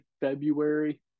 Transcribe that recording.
February